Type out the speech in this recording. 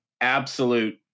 absolute